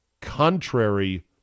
contrary